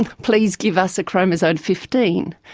and please give us a chromosome fifteen.